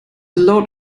load